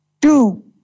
two